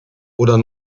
oder